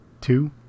two